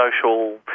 social